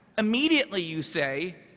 immediately you say,